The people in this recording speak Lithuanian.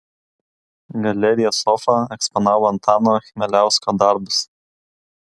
galerija sofa eksponavo antano chmieliausko darbus